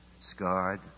scarred